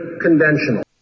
conventional